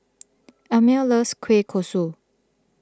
Amir loves Kueh Kosui